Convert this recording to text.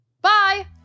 Bye